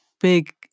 big